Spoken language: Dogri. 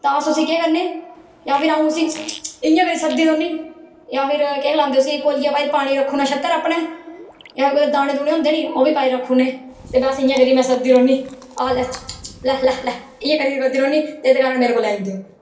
तां अस केह् करने जां अ'ऊं उस्सी इत इत इत करी सद्दी लैन्नी जां फिर केह् करना कौलियां पाई पानी रक्खी ओड़ना छत्तै पर अपनै जां कुदै दाने दूने होंदे नी ओह् बी रक्खी ओड़ने ते बस में इ'यां करियै सद्दी रौंह्नी इत इत इत लै लै लै इ'यां करी सद्दी रौंह्नी इत्त कारण मेरे कोल आई जंदे ओह्